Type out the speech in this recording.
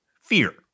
fear